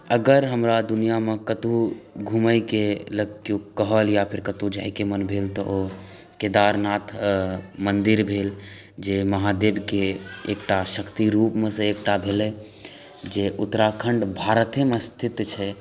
अगर हमरा दुनियामे कतौ कोइ घूमयके लेल कोइ कहल या फेर कतौ जायके मोन भेल तऽ ओ केदारनाथ मन्दिर भेल जे महादेवक एकटा शक्तिरूपमे सँ एकटा भेलै जे उत्तराखण्ड भारतेमे स्थित छै